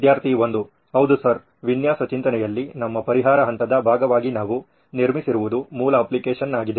ವಿದ್ಯಾರ್ಥಿ 1 ಹೌದು ಸರ್ ವಿನ್ಯಾಸ ಚಿಂತನೆಯಲ್ಲಿ ನಮ್ಮ ಪರಿಹಾರ ಹಂತದ ಭಾಗವಾಗಿ ನಾವು ನಿರ್ಮಿಸಿರುವುದು ಮೂಲ ಅಪ್ಲಿಕೇಶನ್ ಆಗಿದೆ